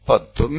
આ 20 mm